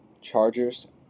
Chargers